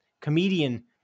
comedian